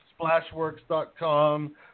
Splashworks.com